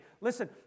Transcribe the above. listen